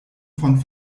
von